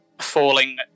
falling